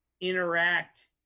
interact